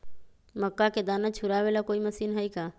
मक्का के दाना छुराबे ला कोई मशीन हई का?